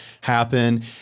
happen